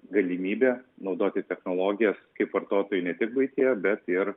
galimybę naudoti technologijas kaip vartotojai ne tik buityje bet ir